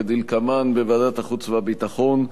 כדלקמן: בוועדת החוץ והביטחון,